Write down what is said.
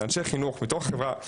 לאנשי חינוך בתוך החברה,